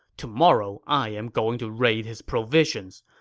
tomorrow, i am going to raid his provisions.